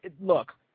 look